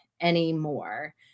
anymore